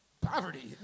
poverty